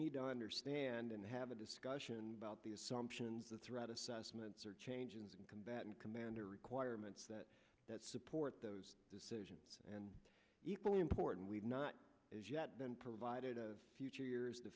need to understand and have a discussion about the assumptions the threat assessments or changes in combatant commander requirements that that support those decisions and equally important we've not as yet been provided a future years